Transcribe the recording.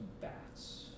bats